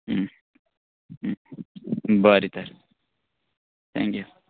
बरें तर थँक्यू